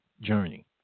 journey